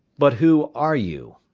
but who are you?